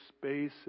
space